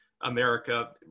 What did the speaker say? America